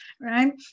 right